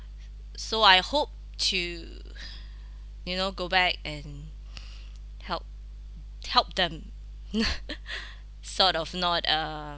so I hope to you know go back and help help them sort of not uh